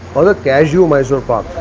or the cashew mysore pak.